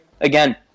again